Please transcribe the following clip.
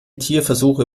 tierversuche